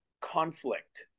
conflict